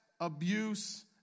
abuse